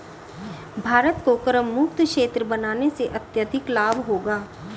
भारत को करमुक्त क्षेत्र बनाने से अत्यधिक लाभ होगा